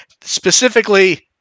Specifically